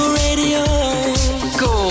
radio